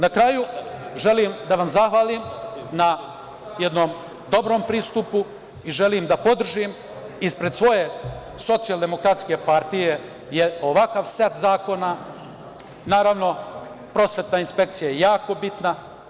Na kraju, želim da vam zahvalim na jednom dobrom pristupu i želim da podržim ispred svoje socijaldemokratske partije jer ovakav set zakona, naravno, prosvetna inspekcija je jako bitna.